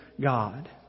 God